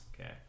Okay